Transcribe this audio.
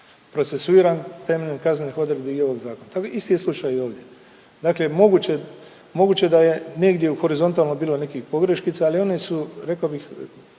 procesuiran temeljem kaznenih odredbi i ovog zakona. Isti je slučaj i ovdje, dakle moguće, moguće je da je negdje u horizontalno bilo nekih pogreškica, ali one su rekao bih